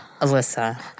Alyssa